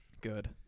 good